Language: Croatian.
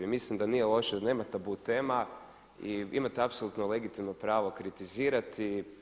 I mislim da nije loše, da nema tabu tema i imate apsolutno legitimno pravo kritizirati.